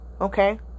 Okay